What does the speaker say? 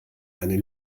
einen